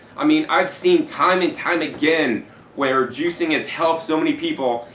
i mean i've seen time and time again where juicing has helped so many people,